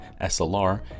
SLR